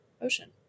ocean